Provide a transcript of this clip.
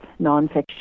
nonfiction